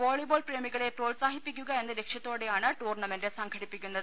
volleyball പ്രേമികളെ പ്രോത്സാഹിപ്പിക്കുക എന്ന ലക്ഷ്യത്തോടെയാണ് ടൂർണ്ണമെന്റ് സംഘടിപ്പിക്കുന്നത്